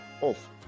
off